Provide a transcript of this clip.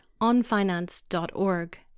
onfinance.org